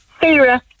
Sarah